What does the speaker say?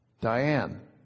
Diane